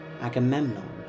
Agamemnon